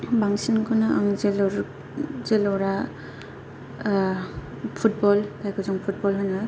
बांसिनखौनो आं जोलुर जोलुरा फुटबल जायखौ जों फुटबल होनो